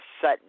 set